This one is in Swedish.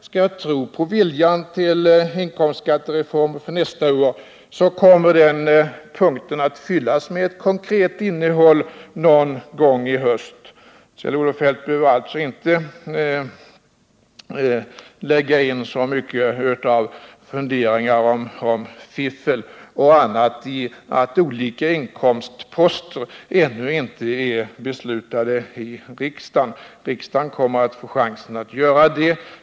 Om man får tro på viljan till inkomstskattereformer för nästa år kommer den punkten att fyllas med ett konkret innehåll någon gång i höst. Kjell-Olof Feldt behöver alltså inte ha så mycket funderingar om fiffel och annat därför att riksdagen ännu inte fattat beslut om olika inkomstposter. Riksdagen kommer att få chansen att göra det.